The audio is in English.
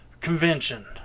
convention